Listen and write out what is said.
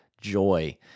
joy